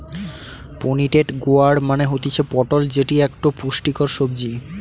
pointed gourd মানে হতিছে পটল যেটি একটো পুষ্টিকর সবজি